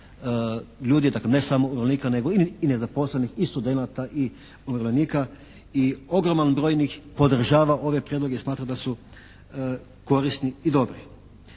ljudi, dakle ne samo umirovljenika nego i nezaposlenih i studenata i umirovljenika. I ogroman broj njih podržava ove prijedloge i smatra da su korisni i dobri.